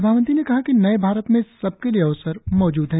प्रधानमंत्री ने कहा कि नए भारत में सबके लिए अवसर मौजूद हैं